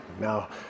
Now